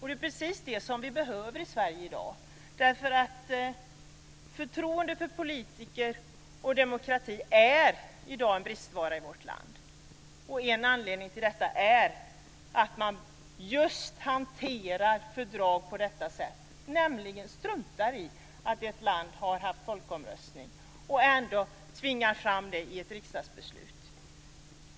Det är precis det som vi behöver i Sverige i dag. Förtroende för politiker och demokrati är en bristvara i dag i vårt land. En anledning till det är att man hanterar fördrag på detta sätt. Man struntar i att ett land har haft en folkomröstning och tvingar fram detta i ett riksdagsbeslut.